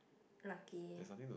lucky